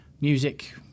Music